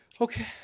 okay